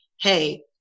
hey